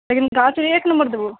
लेकिन गाछ एक नम्बर देबौ